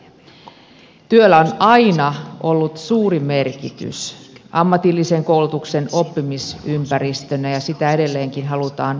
työllä on aina ollut suuri merkitys ammatillisen koulutuksen oppimisympäristönä ja sitä edelleenkin halutaan korostaa